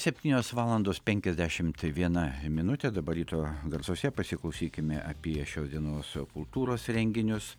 yra septynios valandos penkiasdešimt viena minutė dabar ryto garsuose pasiklausykime apie šios dienos kultūros renginius